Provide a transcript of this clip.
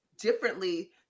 differently